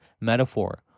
metaphor